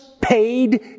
paid